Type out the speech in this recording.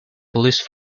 police